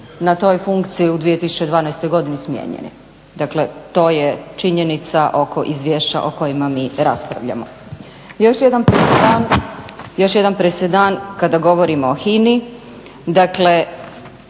na toj funkciji u 2012.godini smijenjeni. Dakle to je činjenica oko izvješća o kojima mi raspravljamo. Još jedan presedan kada govorimo o HINA-i dakle